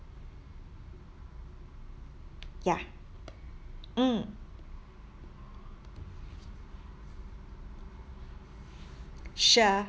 ya mm sure